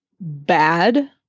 bad